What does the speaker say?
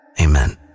Amen